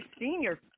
senior